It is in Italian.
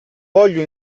voglio